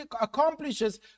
accomplishes